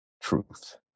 truth